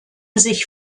sich